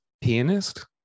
pianist